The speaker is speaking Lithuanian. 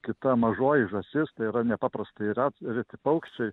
kita mažoji žąsis tai yra nepaprastai ret reti paukščiai